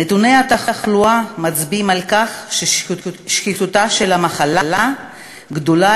נתוני התחלואה מצביעים על כך ששכיחותה של המחלה גדולה